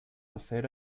acera